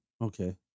okay